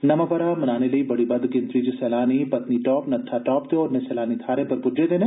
नमा बरा मनाने लेई बड़ी बद्द गिनतरी च सैलानी पत्नीटाप नत्थाटाप ते होरने सैलानी थारें पर पुज्जे देन